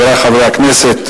חברי חברי הכנסת,